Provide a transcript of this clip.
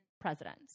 presidents